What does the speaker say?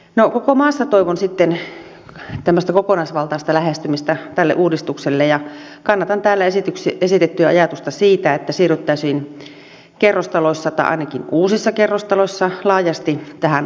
no koko maassa toivon sitten tämmöistä kokonaisvaltaista lähestymistä tälle uudistukselle ja kannatan täällä esitettyä ajatusta siitä että siirryttäisiin kerrostaloissa tai ainakin uusissa kerrostaloissa laajasti tähän alakertajakeluun